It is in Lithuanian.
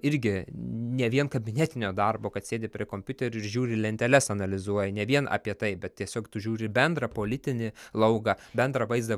irgi ne vien kabinetinio darbo kad sėdi prie kompiuterio žiūri į lenteles analizuoji ne vien apie tai bet tiesiog tu žiūri į bendrą politinį lauką bendrą vaizdą